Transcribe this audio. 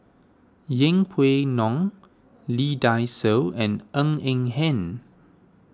Yeng Pway Ngon Lee Dai Soh and Ng Eng Hen